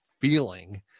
feeling